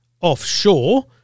offshore